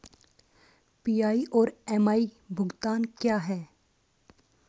PI और M I भुगतान क्या हैं?